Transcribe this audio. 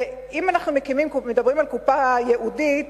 ואם אנחנו מדברים על קופה ייעודית,